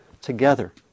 together